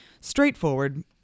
Straightforward